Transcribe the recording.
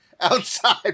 outside